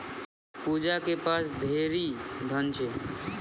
पूजा के पास ढेरी धन छै